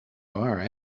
are